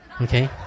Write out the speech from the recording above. Okay